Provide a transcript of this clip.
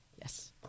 Yes